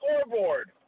scoreboard